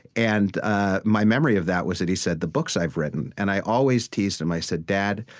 and ah my memory of that was that he said the books i've written. and i always teased him. i said, dad,